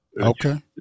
Okay